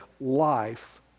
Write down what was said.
life